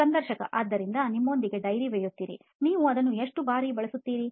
ಸಂದರ್ಶಕ ಆದ್ದರಿಂದ ನಿಮ್ಮೊಂದಿಗೆ diary ಒಯ್ಯುತ್ತೀರಿ ನೀವು ಅದನ್ನು ಎಷ್ಟು ಬಾರಿ ಬಳಸುತ್ತೀರಿ